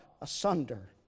asunder